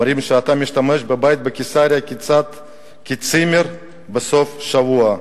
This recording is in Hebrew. אומרים שאתה משתמש בבית בקיסריה כצימר בסוף השבוע.